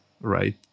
right